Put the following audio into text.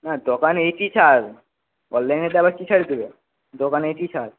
হ্যাঁ দোকানে এইটি ছাড় অললাইনেতে আবার কি ছাড় দেবে দোকানে এইটি ছাড়